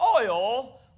oil